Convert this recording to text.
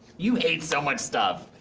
you hate so much stuff!